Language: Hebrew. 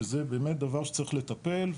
שזה באמת דבר שצריך לטפל.